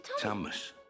Thomas